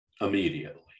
immediately